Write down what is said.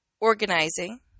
organizing